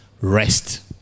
rest